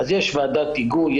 אז יש ועדת היגוי,